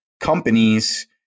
companies